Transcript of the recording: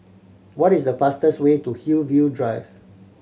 what is the fastest way to Hillview Drive